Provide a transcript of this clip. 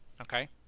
okay